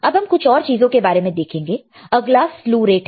अब हम कुछ और चीजों के बारे में देखेंगे अगला स्लु रेट है